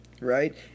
right